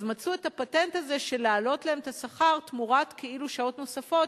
אז מצאו את הפטנט הזה של להעלות להם את השכר תמורת כאילו שעות נוספות,